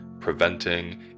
preventing